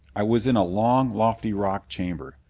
i was in a long, lofty rock chamber,